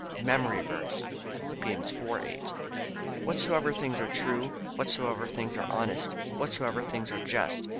memory verse, philippians four eight whatsoever things are true, whatsoever things are honest, whatsoever things are just,